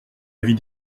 avis